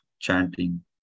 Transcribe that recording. chanting